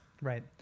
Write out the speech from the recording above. Right